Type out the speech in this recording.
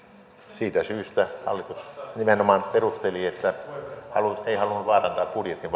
siitä syystä hallitus nimenomaan perusteli että ei halunnut vaarantaa budjetin